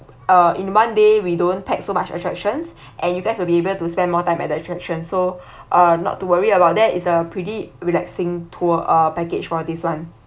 uh in one day we don't pack so much attractions and you guys will be able to spend more time at the attraction so uh not to worry about that it's a pretty relaxing tour uh package for this one